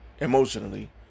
emotionally